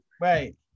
right